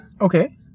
Okay